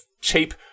cheap